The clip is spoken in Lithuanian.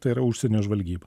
tai yra užsienio žvalgyba